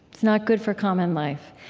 it's not good for common life.